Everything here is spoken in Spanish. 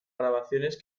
grabaciones